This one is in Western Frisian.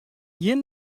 ien